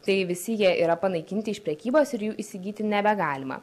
tai visi jie yra panaikinti iš prekybos ir jų įsigyti nebegalima